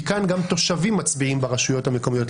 כי כאן גם תושבים מצביעים ברשויות המקומיות,